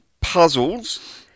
puzzles